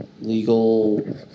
legal